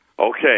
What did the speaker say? Okay